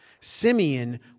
Simeon